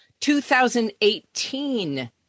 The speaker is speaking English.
2018